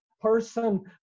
person